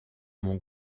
mon